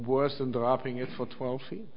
worse than dropping it for twelve feet